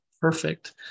perfect